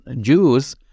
Jews